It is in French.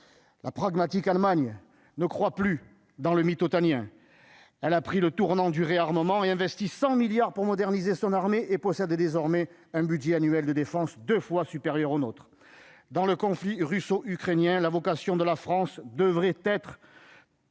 la pragmatique Allemagne ne croient plus dans le mythe otaniens, elle a pris le tournant du réarmement 100 milliards pour moderniser son armée et possède désormais un budget annuel de défense fois supérieur au nôtre, dans le conflit russo-ukrainien, la vocation de la France devrait être